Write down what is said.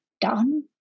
done